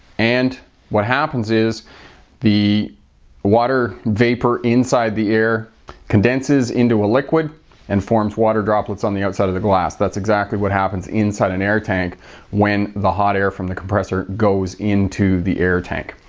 and what happens is the water vapor inside the air condenses into a liquid and forms water droplets on the outside of the glass. that's exactly what happens inside an air tank when the hot air from the compressor goes into the air tank.